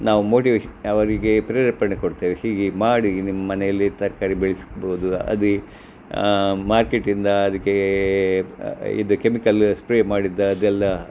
ನಾವು ಮೋಟಿವೇಷನ್ ಅವರಿಗೆ ಪ್ರೇರೇಪಣೆ ಕೊಡ್ತೇವೆ ಹೀಗೆ ಮಾಡಿ ನಿಮ್ಮನೆಯಲ್ಲಿ ತರಕಾರಿ ಬೆಳೆಸ್ಬೋದು ಅದೇ ಮಾರ್ಕೆಟಿಂದ ಅದಕ್ಕೆ ಇದು ಕೆಮಿಕಲ್ಲ ಸ್ಪ್ರೇ ಮಾಡಿದ್ದು ಅದೆಲ್ಲ